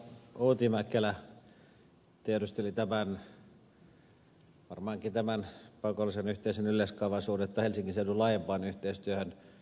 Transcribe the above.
outi mäkelä tiedusteli varmaankin tämän pakollisen yhteisen yleiskaavan suhdetta helsingin seudun laajempaan yhteistyöhön